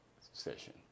session